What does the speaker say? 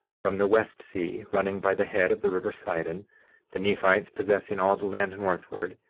from the west sea, running by the head of the river sidon the nephites possessing all the land northward,